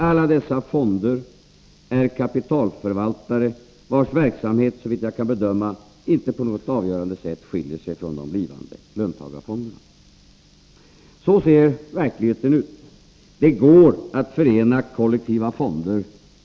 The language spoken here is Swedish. Alla dessa fonder är kapitalförvaltare, vilkas verksamhet, såvitt jag kan bedöma, inte på något avgörande sätt skiljer sig 129 Så ser verkligheten ut. Det går att förena kollektiva fonder med en aktiv marknadsekonomi. Och utan tvivel, här hyser jag ingen som helst misströstan, kommer såväl näringslivet som den politiska oppositionen förr eller senare att erkänna det.